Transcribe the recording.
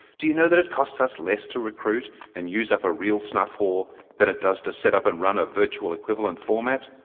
do you know that it costs us less to recruit and use up a real snuff whore than it does to set up and run a virtual equivalent format?